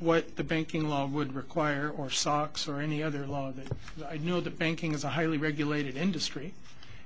what the banking law would require or socks or any other law you know the banking is a highly regulated industry